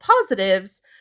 positives